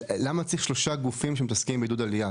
למה צריך שלושה גופים שמתעסקים בעידוד עלייה?